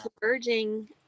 converging